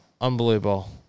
Unbelievable